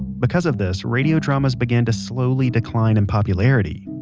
because of this, radio dramas began to slowly decline in popularity.